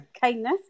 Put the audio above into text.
kindness